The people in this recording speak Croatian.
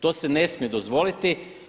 To se ne smije dozvoliti.